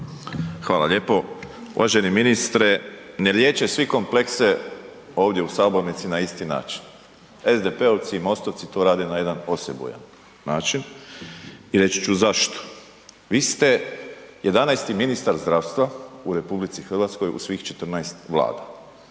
Hvala lijepo. Uvaženi ministre ne liječe svi komplekse ovdje u sabornici na isti način. SDP-ovci i MOST-ovci to rade na jedan osebujan način i reći ću zašto. Vi ste 11 ministar zdravstva u RH u svih 14 vlada.